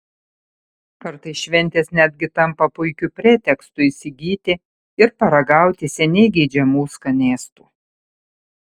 kartais šventės netgi tampa puikiu pretekstu įsigyti ir paragauti seniai geidžiamų skanėstų